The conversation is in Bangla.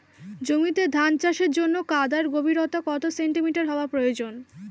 জমিতে ধান চাষের জন্য কাদার গভীরতা কত সেন্টিমিটার হওয়া প্রয়োজন?